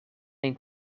een